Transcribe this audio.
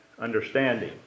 understanding